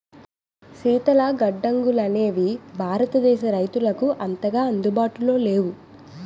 శీతల గడ్డంగులనేవి భారతదేశ రైతులకు అంతగా అందుబాటులో లేవు